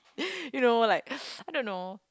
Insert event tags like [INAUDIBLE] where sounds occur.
[BREATH] you know like [BREATH] I don't know